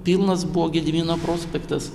pilnas buvo gedimino prospektas